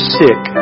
sick